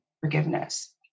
forgiveness